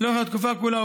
לאורך התקופה כולה,